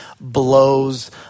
blows